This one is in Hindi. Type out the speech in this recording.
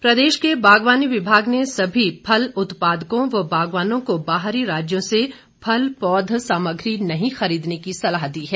सलाह प्रदेश के बागवानी विभाग ने सभी फल उत्पादकों व बागवानों को बाहरी राज्यों से फल पौध सामग्री नहीं खरीदने की सलाह दी है